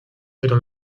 pero